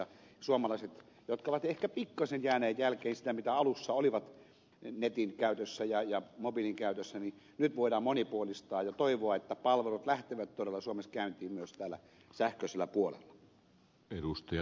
kun suomalaiset ovat ehkä pikkasen jääneet jälkeen siitä mitä alussa olivat netin käytössä ja mobiilin käytössä niin nyt voidaan monipuolistaa palveluja ja toivoa että palvelut lähtevät todella suomessa käyntiin myös täällä sähköisellä puolella